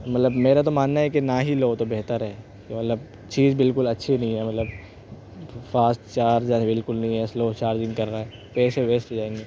ملب میرا تو ماننا ہے کہ نا ہی لو تو بہتر ہے کہ ملب چیز بالکل اچھی نہیں ہے ملب فاسٹ چارج بالکل نہیں ہے سلو چارجنگ کر رہا ہے پیسے ویسٹ جائیں گے